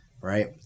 right